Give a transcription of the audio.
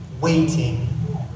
waiting